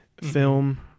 film